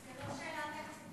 כי זו לא שאלה תקציבית,